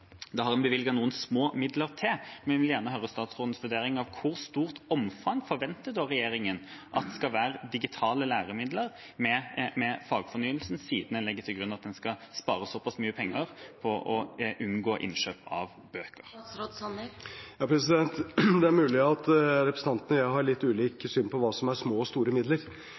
Det har en bevilget noen små midler til, men jeg vil gjerne høre statsrådens vurdering av i hvor stort omfang regjeringen forventer at det skal være av digitale læremidler med fagfornyelsen, siden en legger til grunn at en skal spare såpass mye penger på å unngå innkjøp av bøker. Det er mulig at representanten og jeg har litt ulikt syn på hva som er små og store midler.